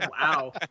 Wow